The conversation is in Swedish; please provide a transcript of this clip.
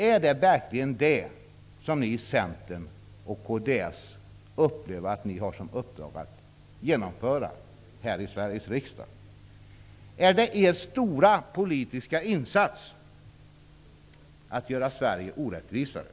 Är det verkligen det som ni i Centern och kds upplever att ni har som uppdrag att genomföra här i Sveriges riksdag? Är det er stora politiska insats att göra Sverige orättvisare?